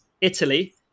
Italy